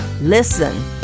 Listen